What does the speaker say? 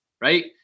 right